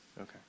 Okay